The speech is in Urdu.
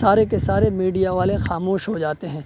سارے کے سارے میڈیا والے خاموش ہو جاتے ہیں